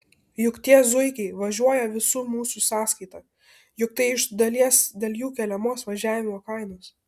juk tie zuikiai važiuoja visų mūsų sąskaita juk tai iš dalies dėl jų keliamos važiavimo kainos